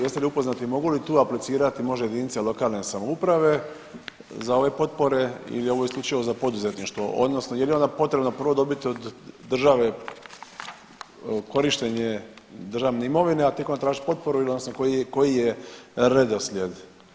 Jeste li upoznati mogu li tu aplicirati možda jedinice lokalne samouprave za ove potpore ili je ovo isključivo za poduzetništvo odnosno je li onda potrebno prvo dobiti od države korištenje državne imovine, a tek onda tražiti potporu odnosno koji je redoslijed?